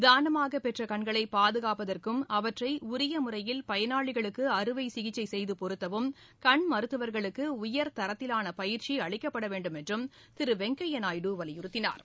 தானமாக பெற்ற கண்களை பாதுகாப்பதற்கும் அவற்றை உரிய முறையில் பயனாளிகளுக்கு அறுவை சிகிச்சை செய்து பொருத்தவும் கண் மருத்துவர்களுக்கு உயர் தரத்திலான பயிற்சி அளிக்கப்பட வேண்டும் என்றும் திரு வெங்கையா நாயுடு வலியுறுத்தினார்